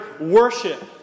worship